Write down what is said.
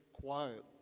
Quiet